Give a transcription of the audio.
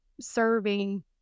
serving